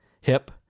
hip